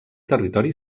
territori